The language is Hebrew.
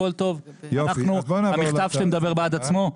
הכול טוב, המכתב שלי מדבר בעד עצמו.